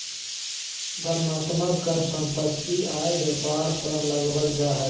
वर्णनात्मक कर सम्पत्ति, आय, व्यापार पर लगावल जा हय